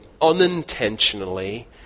unintentionally